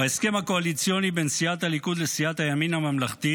בהסכם הקואליציוני בין סיעת הליכוד לסיעת הימין הממלכתי